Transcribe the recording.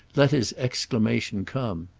let his exclamation come.